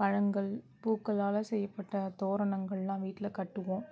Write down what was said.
பழங்கள் பூக்களால் செய்யப்பட்ட தோரணங்கள்லாம் வீட்டில கட்டுவோம்